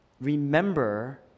remember